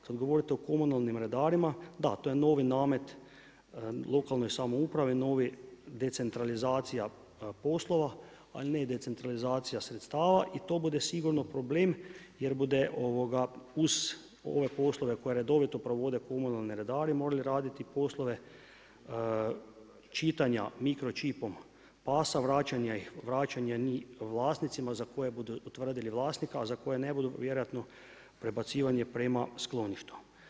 Kad govorite o komunalnim redarima, da to je novi namet, lokalnoj samoupravi, novi decentralizacija poslova, ali ne i decentralizacija sredstava i to bude sigurno problem jer bude uz ove poslove koje redovito provode komunalni redari morali raditi poslove čitanja mikročipom pasa, vraćanje vlasnicima za koje budu utvrdili vlasnika, a za koje ne budu vjerojatno prebacivanje prema skloništu.